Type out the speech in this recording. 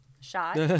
shot